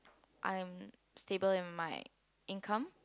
I'm stable in my income